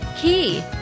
key